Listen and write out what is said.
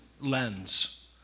lens